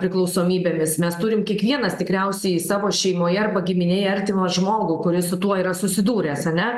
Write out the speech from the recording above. priklausomybėmis mes turim kiekvienas tikriausiai savo šeimoje arba giminėje artimą žmogų kuris su tuo yra susidūręs ane